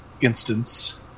instance